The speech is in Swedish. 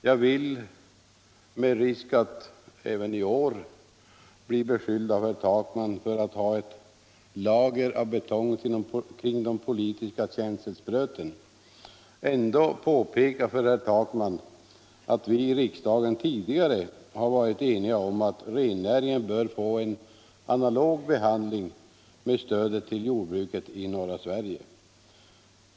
Jag vill — med risk för att även i år av herr Takman bli beskylld för att ha ett lager av betong kring de politiska känselspröten — påpeka för herr Takman att vi i riksdagen tidigare har varit eniga om att rennäringen bör få en behandling som är analog med behandlingen av stödet till jordbruket i norra Sverige.